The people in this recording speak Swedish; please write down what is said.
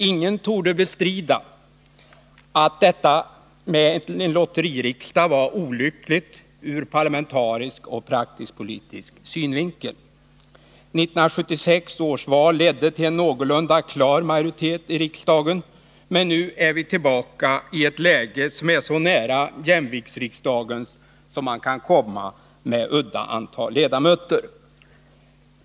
Ingen torde bestrida att detta med en lotteririksdag var olyckligt ur parlamentarisk och praktisk-politisk synvinkel. 1976 års val ledde till en någorlunda klar majoritet i riksdagen, men nu är vi tillbaka i ett läge som är så nära jämviktsriksdagens som man kan komma med ett udda antal ledamöter.